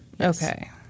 Okay